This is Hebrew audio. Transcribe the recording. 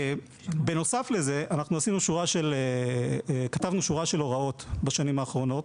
בנוסף לזה, כתבנו שורה של הוראות בשנים האחרונות,